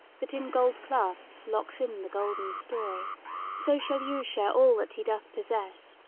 that in gold clasps locks in the golden story so shall you share all that he doth possess,